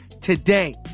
today